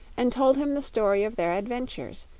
and told him the story of their adventures,